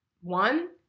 one